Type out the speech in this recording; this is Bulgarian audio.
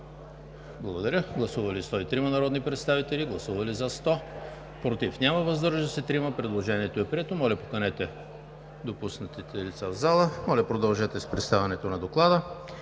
залата. Гласували 103 народни представители: за 100, против няма, въздържали се 3. Предложението е прието. Моля, поканете допуснатите лица в залата. Моля, продължете с представянето на Доклада.